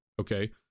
okay